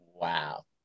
Wow